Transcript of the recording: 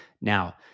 Now